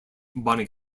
bonnie